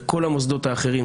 בכל המוסדות האחרים,